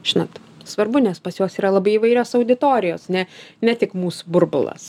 žinot svarbu nes pas juos yra labai įvairios auditorijos ne ne tik mūsų burbulas